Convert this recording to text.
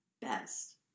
Best